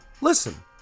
listen